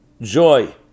Joy